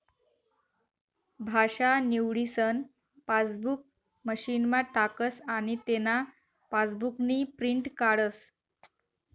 भाषा निवडीसन पासबुक मशीनमा टाकस आनी तेना पासबुकनी प्रिंट काढस